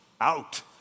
out